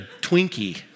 Twinkie